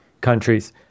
countries